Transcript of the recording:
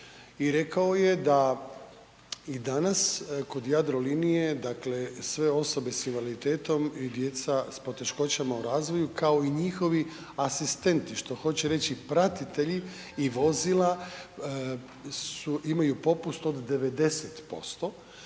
rekao je da i danas kod Jadrolinije dakle sve osobe s invaliditetom i djeca s poteškoćama u razvoju, kao i njihovi asistenti, što hoće reći pratitelji i vozila imaju popust od 90%,